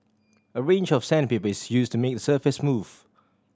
a range of sandpaper is used to make the surface smooth